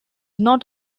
not